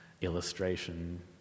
illustration